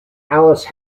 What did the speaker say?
alice